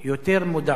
יותר מודעות,